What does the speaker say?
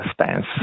stance